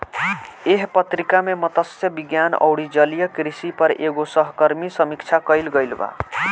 एह पत्रिका में मतस्य विज्ञान अउरी जलीय कृषि पर एगो सहकर्मी समीक्षा कईल गईल बा